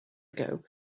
ago